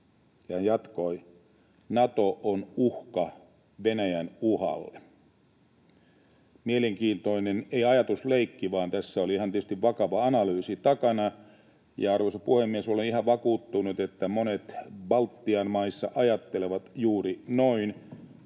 Ja hän jatkoi: ”Nato on uhka Venäjän uhalle.” Mielenkiintoinen, ei ajatusleikki, vaan tässä oli tietysti ihan vakava analyysi takana. Arvoisa puhemies, olen ihan vakuuttunut, että monet Baltian maissa ajattelevat juuri noin